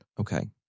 Okay